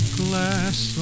glass